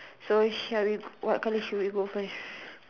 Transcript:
so shall we what color should we go first